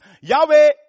Yahweh